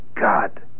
God